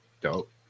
Dope